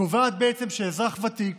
קובעת בעצם שאזרח ותיק